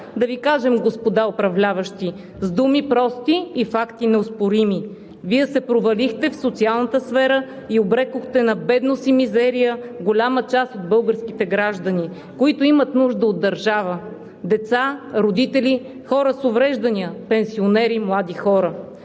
да Ви кажем, господа управляващи, с думи прости и факти неоспорими: Вие се провалихте в социалната сфера и обрекохте на бедност и мизерия голяма част от българските граждани, които имат нужда от държава – деца, родители, хора с увреждания, пенсионери, млади хора.